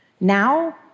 Now